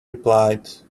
replied